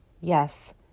Yes